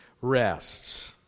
rests